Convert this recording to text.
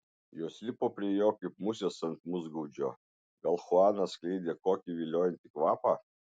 jos lipo prie jo kaip musės ant musgaudžio gal chuanas skleidė kokį viliojantį kvapą